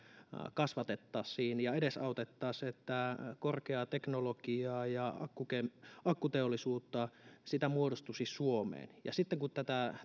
kasvatettaisiin ja edesautettaisiin että korkeaa teknologiaa ja akkuteollisuutta muodostuisi suomeen sitten kun tätä